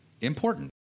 important